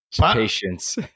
Patience